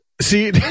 See